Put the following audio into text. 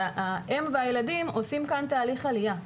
והאם והילדים עושים כאן תהליך עלייה.